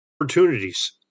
opportunities